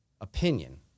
opinion